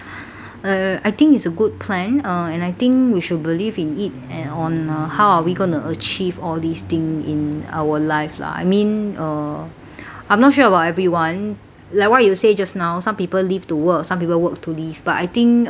err I think it's a good plan uh and I think we should believe in it and on uh how are we going to achieve all these thing in our life lah I mean uh I'm not sure about everyone like why you say just now some people live to work some people work to live but I think um